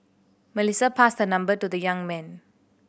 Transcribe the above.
Melissa passed her number to the young man